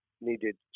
needed